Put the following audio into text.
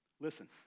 Listen